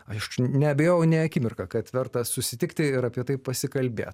aš neabejojau nė akimirką kad verta susitikti ir apie tai pasikalbėt